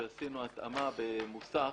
שעשינו התאמה במוסך,